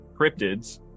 cryptids